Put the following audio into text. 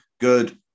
Good